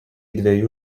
dviejų